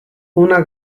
una